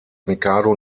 mikado